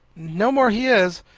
no more he is.